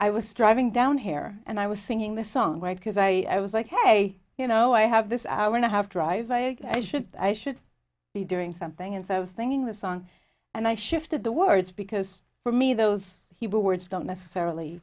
i was driving down here and i was singing the song right because i was like hey you know i have this hour and a half drive i should i should be doing something and so i was thinking the song and i shifted the words because for me those hebrew words don't necessarily